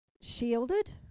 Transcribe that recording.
shielded